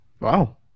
Wow